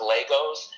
Legos